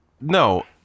no